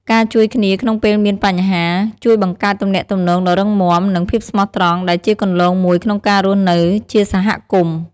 ការជួយគ្នាក្នុងពេលមានបញ្ហា ជួយបង្កើតទំនាក់ទំនងដ៏រឹងមាំ និងភាពស្មោះត្រង់ ដែលជាគន្លងមួយក្នុងការរស់នៅជាសហគមន៍។